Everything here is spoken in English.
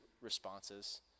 responses